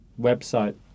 website